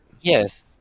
Yes